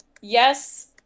yes